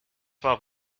war